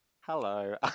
Hello